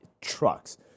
trucks